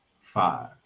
five